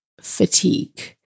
fatigue